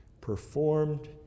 performed